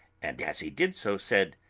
and as he did so, said